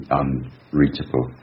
unreachable